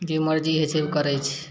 जे मरजी हइ छै ओ करैत छै